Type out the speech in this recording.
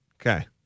Okay